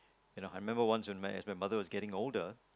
you know I remember once when as my mother was getting older